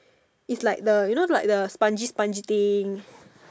it's like the you know like the spongy spongy thing